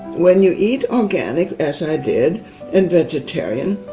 when you eat organic as i did and vegetarian,